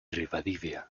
rivadavia